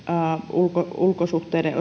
ulkosuhteiden